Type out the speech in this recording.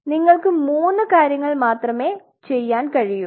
അതിനാൽ നിങ്ങൾക്ക് മൂന്ന് കാര്യങ്ങൾ മാത്രമേ ചെയ്യാൻ കഴിയൂ